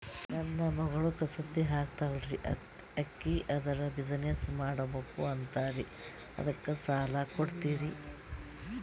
ನನ್ನ ಮಗಳು ಕಸೂತಿ ಹಾಕ್ತಾಲ್ರಿ, ಅಕಿ ಅದರ ಬಿಸಿನೆಸ್ ಮಾಡಬಕು ಅಂತರಿ ಅದಕ್ಕ ಸಾಲ ಕೊಡ್ತೀರ್ರಿ?